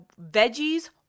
veggies